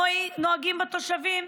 נוהגים כך בתושבים?